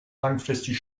langfristig